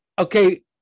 okay